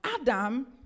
Adam